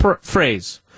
phrase